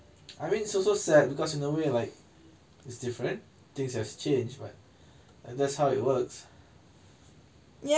I mean it's also sad because in a way like it's different things have changed but and that's how it works